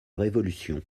révolution